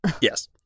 Yes